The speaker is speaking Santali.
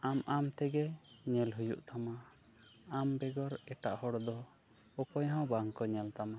ᱟᱢ ᱟᱢᱛᱮᱜᱮ ᱧᱮᱞ ᱦᱩᱭᱩᱜ ᱛᱟᱢᱟ ᱟᱢ ᱵᱮᱜᱚᱨ ᱮᱴᱟᱜ ᱦᱚᱲᱫᱚ ᱚᱠᱚᱭ ᱦᱚᱸ ᱵᱟᱝᱠᱚ ᱧᱮᱞᱛᱟᱢᱟ